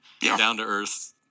down-to-earth